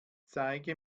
zeige